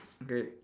okay